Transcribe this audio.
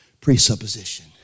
presupposition